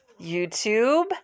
YouTube